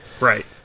Right